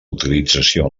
utilització